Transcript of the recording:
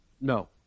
No